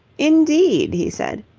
indeed? he said.